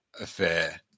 affair